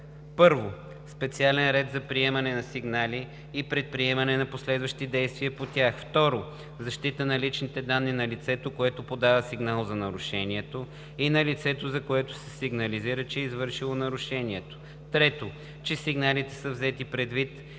1. специален ред за приемане на сигнали и предприемане на последващи действия по тях; 2. защита на личните данни на лицето, което подава сигнал за нарушението, и на лицето, за което се сигнализира, че е извършило нарушението; 3. че сигналите са взети предвид